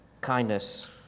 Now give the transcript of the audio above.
kindness